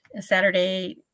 Saturday